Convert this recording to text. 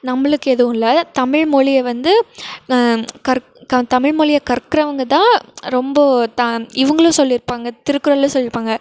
நம்மளுக்கு எதுவும் இல்லை தமிழ் மொழிய வந்து கற் தமிழ் மொழிய கற்கிறவங்க தான் ரொம்ப தா இவங்களும் சொல்லியிருப்பாங்க திருக்குறளில் சொல்லியிருப்பாங்க